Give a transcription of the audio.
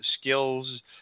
skills